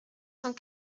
cent